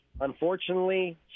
Unfortunately